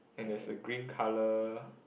and there's a green colour